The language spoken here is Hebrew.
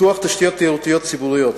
פיתוח תשתיות תיירותיות ציבוריות,